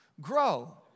grow